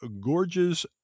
gorgeous